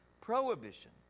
prohibition